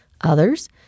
Others